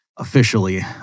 officially